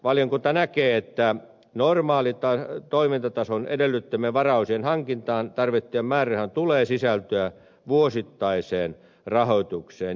valiokunta näkee että normaalin toimintatason edellyttämien varaosien hankintaan tarvittavien määrärahojen tulee sisältyä vuosittaiseen rahoitukseen